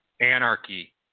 Anarchy